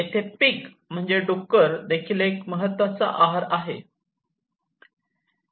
येथे पिग डुकर देखील एक महत्वाचा आहार आहे